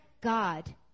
God